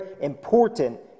important